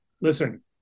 listen